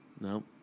No